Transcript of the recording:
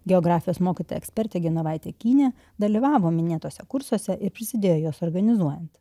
geografijos mokytoja ekspertė genovaite kynė dalyvavo minėtuose kursuose ir prisidėjo juos organizuojant